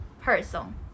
person